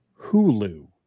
Hulu